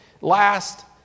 Last